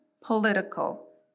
political